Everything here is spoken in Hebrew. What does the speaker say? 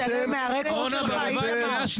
לא הבנתי למה הציטוט הזה תומך בעמדה של חבר הכנסת בן גביר.